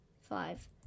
five